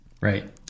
Right